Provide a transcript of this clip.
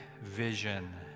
vision